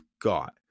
got